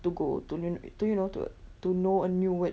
to go to to you know to to know a new word